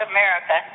America